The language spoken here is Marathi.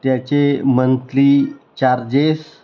त्याचे मंथली चार्जेस